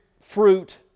fruit